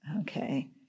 Okay